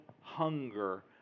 hunger